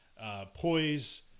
Poise